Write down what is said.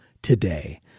today